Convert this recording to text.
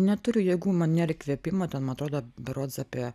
neturiu jėgų man nėr įkvėpimo ten man atrodo berods apie